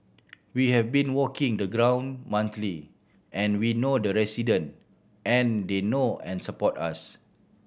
we have been walking the ground monthly and we know the resident and they know and support us